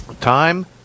Time